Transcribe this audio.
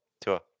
Tua